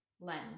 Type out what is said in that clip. lens